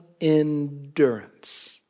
endurance